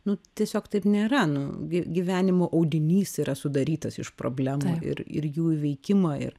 nu tiesiog taip nėra nu gy gyvenimo audinys yra sudarytas iš problemų ir ir jų veikimą ir